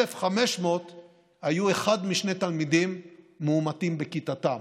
1,500 היו אחד משני תלמידים מאומתים בכיתתם,